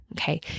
Okay